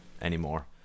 anymore